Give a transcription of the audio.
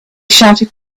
shouted